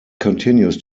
continues